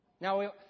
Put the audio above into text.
Now